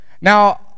Now